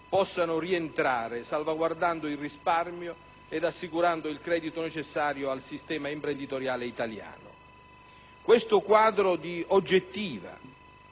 possano rientrare, salvaguardando il risparmio ed assicurando il credito necessario al sistema imprenditoriale italiano. Questo quadro di oggettiva